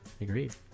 Agreed